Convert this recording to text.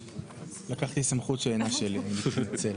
לקחתי סמכות שאינה שלי, אני מתנצל.